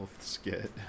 skit